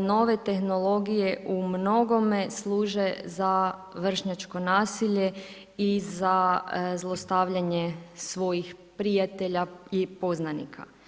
nove tehnologije u mnogome služe za vršnjačko nasilje i za zlostavljanje svojih prijatelja i poznanika.